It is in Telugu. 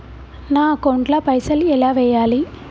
నా అకౌంట్ ల పైసల్ ఎలా వేయాలి?